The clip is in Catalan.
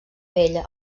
vella